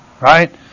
right